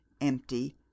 empty